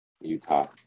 Utah